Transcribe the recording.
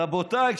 רבותיי,